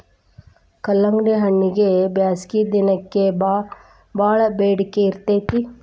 ಕಲ್ಲಂಗಡಿಹಣ್ಣಗೆ ಬ್ಯಾಸಗಿ ದಿನಕ್ಕೆ ಬಾಳ ಬೆಡಿಕೆ ಇರ್ತೈತಿ